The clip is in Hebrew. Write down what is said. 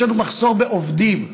יש לנו מחסור בעובדים.